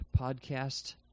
podcast